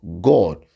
God